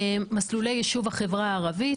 מסלולי יישוב חברה הערבית,